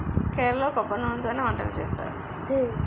కేరళలో కొబ్బరి నూనెతోనే వంటలు చేస్తారు